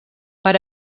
per